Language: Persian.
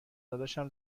داداشم